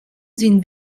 sind